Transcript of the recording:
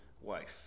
wife